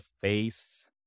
face